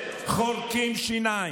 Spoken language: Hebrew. חורקים שיניים,